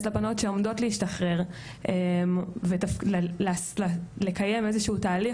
לבנות שעומדות להשתחרר ולקיים איזשהו תהליך,